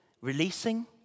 releasing